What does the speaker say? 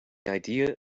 idea